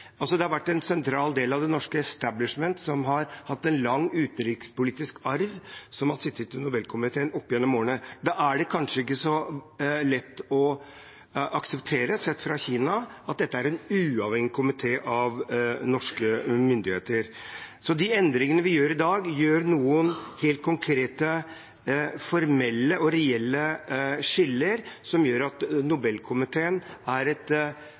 Det har vært en sentral del av det norske establishment som har hatt en lang utenrikspolitisk arv, som har sittet i Nobelkomiteen opp gjennom årene. Da er det kanskje ikke så lett å akseptere, sett fra Kina, at dette er en komité uavhengig av norske myndigheter. De endringene vi gjør i dag, setter noen helt konkrete formelle og reelle skiller, som gjør at Nobelkomiteen reelt sett og formelt sett er